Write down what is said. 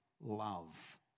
love